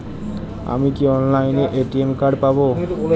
আমি কি অনলাইনে এ.টি.এম কার্ড পাব?